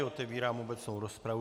Otevírám obecnou rozpravu.